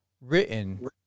written